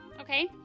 Okay